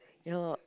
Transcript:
ya